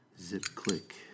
Zip-click